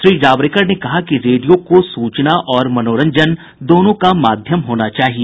श्री जावडेकर ने कहा कि रेडियो को सूचना और मनोरंजन दोनों का माध्यम होना चाहिए